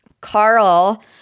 Carl